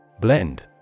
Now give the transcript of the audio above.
Blend